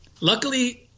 Luckily